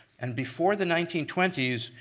and before the nineteen twenty s,